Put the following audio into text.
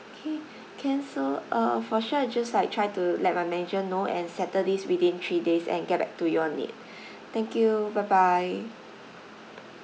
okay can so uh for sure I just like try to let my manager know and settle this within three days and get back to you on it thank you bye bye